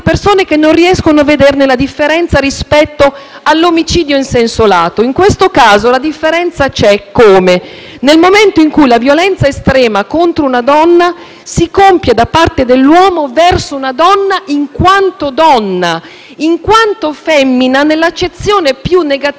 all'omicidio. In questo caso la differenza c'è, eccome, nel momento in cui la violenza estrema contro una donna si compie da parte dell'uomo verso una donna in quanto donna, in quanto femmina, nella accezione più negativa e sbagliata di oggetto di possesso!